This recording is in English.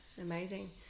amazing